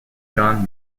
john